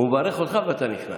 הוא מברך אותך ואתה נכנס.